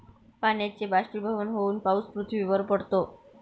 पाण्याचे बाष्पीभवन होऊन पाऊस पृथ्वीवर पडतो